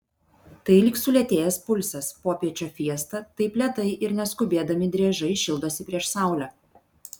tai lyg sulėtėjęs pulsas popiečio fiesta taip lėtai ir neskubėdami driežai šildosi prieš saulę